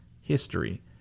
history